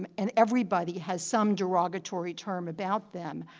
um and everybody has some derogatory term about them.